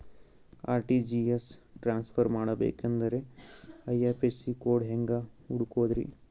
RTGS transfer ಮಾಡಬೇಕೆಂದರೆ IFSC code ಹೆಂಗ್ ಹುಡುಕೋದ್ರಿ?